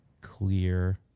clear